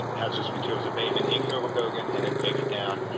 and hazardous materials abatement in kober cogan, and then take it down.